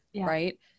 right